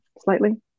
Slightly